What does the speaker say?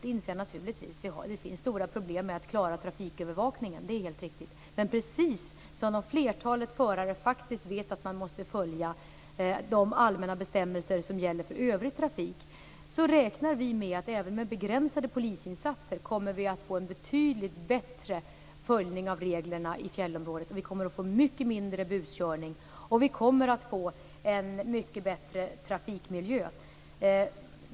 Det är helt riktigt att det finns stora problem med att klara trafikövervakningen, men precis som flertalet förare faktiskt vet att de måste följa de allmänna bestämmelser som gäller för övrig trafik, så räknar vi med att vi även med begränsade polisinsatser kommer att få en betydligt bättre följning av reglerna i fjällområdet. Vi kommer också att få mycket mindre buskörning och en mycket bättre trafikmiljö.